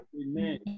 Amen